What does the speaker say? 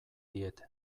diet